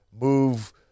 move